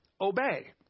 obey